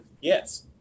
Yes